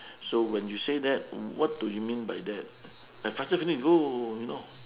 so when you say that what do you mean by that I faster finish go you know